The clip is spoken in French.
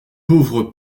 pauvre